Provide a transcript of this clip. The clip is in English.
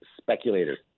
speculators